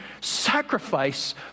sacrifice